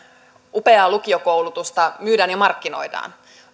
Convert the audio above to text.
upeaa lukiokoulutusta myydään ja markkinoidaan